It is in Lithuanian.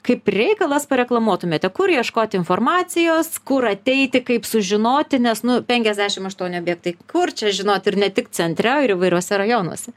kaip reikalas pareklamuotumėte kur ieškoti informacijos kur ateiti kaip sužinoti nes nu penkiasdešim aštuoni objektai kur čia žinot ir ne tik centre ir įvairiuose rajonuose